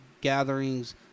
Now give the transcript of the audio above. gatherings